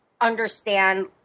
understand